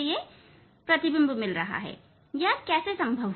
यह कैसे संभव है